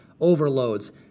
overloads